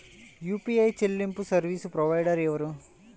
UPI చెల్లింపు service provider ఎవరు?